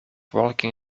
walking